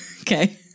Okay